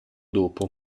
dopo